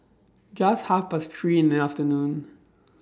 Just Half Past three in The afternoon